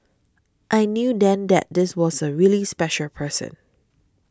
I knew then that this was a really special person